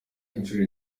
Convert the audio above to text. inshuro